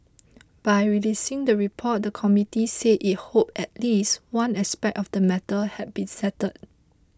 by releasing the report the committee said it hoped at least one aspect of the matter had been settled